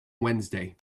wednesday